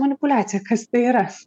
manipuliaciją kas tai yra